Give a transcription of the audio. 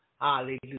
hallelujah